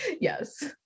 Yes